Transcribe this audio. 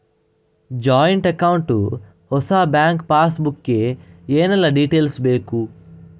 Joint account ಹೊಸ bank passbook ಗೆ ಏನೆಲ್ಲ ಡೀಟೇಲ್ಸ್ ಬೇಕು?